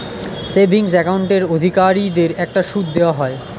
savings অ্যাকাউন্টের অধিকারীদেরকে একটা সুদ দেওয়া হয়